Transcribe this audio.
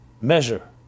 measure